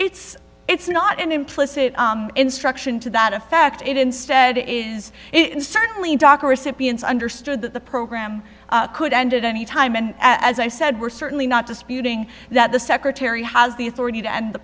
it's it's not an implicit instruction to that effect it instead is it's certainly dr recipients understood that the program could ended any time and as i said we're certainly not disputing that the secretary has the authority to end the